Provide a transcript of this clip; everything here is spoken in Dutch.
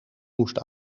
moest